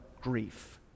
grief